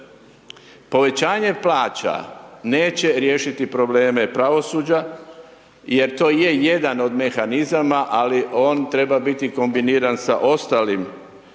Povećanje plaća neće riješiti probleme pravosuđa jer to je jedan od mehanizama, ali on treba biti kombiniran sa ostalim